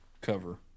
cover